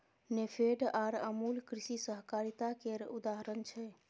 नेफेड आर अमुल कृषि सहकारिता केर उदाहरण छै